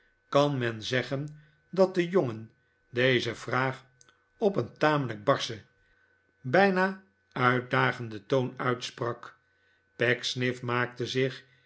kan men zeggen dat de jongen deze vraag op een tamelijk barschen bijna uitdagenden toon uitsprak pecksniff maakte zich